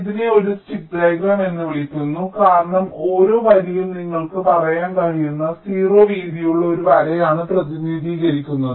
ഇതിനെ ഒരു stick diagram എന്ന് വിളിക്കുന്നു കാരണം ഓരോ വരിയും നിങ്ങൾക്ക് പറയാൻ കഴിയുന്ന 0 വീതിയുള്ള ഒരു വരയാണ് പ്രതിനിധീകരിക്കുന്നത്